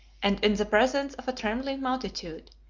and in the presence of a trembling multitude,